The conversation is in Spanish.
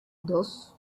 dos